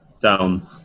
down